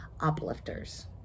uplifters